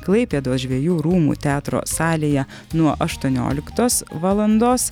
klaipėdos žvejų rūmų teatro salėje nuo aštuonioliktos valandos